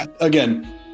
again